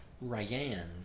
Ryan